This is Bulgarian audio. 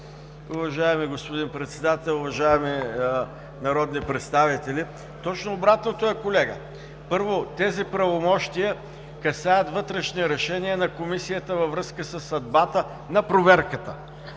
Уважаеми господин Председател, уважаеми народни представители! Точно обратното е, колега. Първо, тези правомощия касаят вътрешни решения на Комисията във връзка със съдбата на проверката,